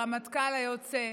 הרמטכ"ל היוצא,